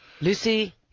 Lucy